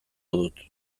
dut